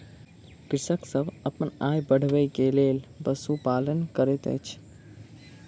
कृषक सभ अपन आय बढ़बै के लेल पशुपालन करैत अछि